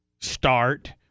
start